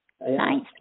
nice